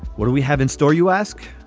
what do we have in store you ask.